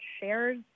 shares